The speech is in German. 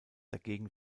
dagegen